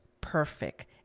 perfect